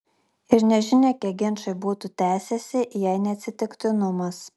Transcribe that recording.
ir nežinia kiek ginčai būtų tęsęsi jei ne atsitiktinumas